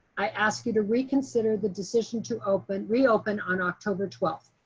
i ask you to reconsider the decision to reopen reopen on october twelfth.